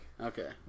Okay